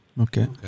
Okay